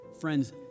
friends